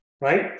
right